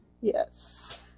Yes